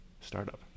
startup